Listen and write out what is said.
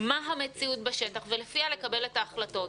מה המציאות בשטח ולפיה לקבל את ההחלטות.